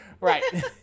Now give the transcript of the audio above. Right